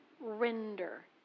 render